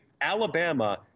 Alabama